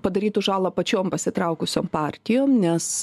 padarytų žalą pačiom pasitraukusiom partijom nes